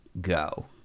go